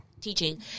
teaching